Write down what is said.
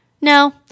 no